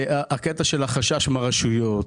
הקטע של החשש מהרשויות,